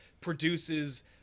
produces